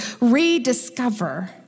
rediscover